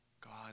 God